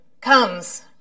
comes